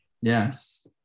Yes